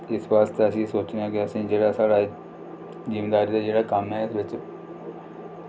इस आस्तै अस एह् सोचने आं कि जेह्ड़ा साढ़े जमींदारी दा कोई कम्म ऐ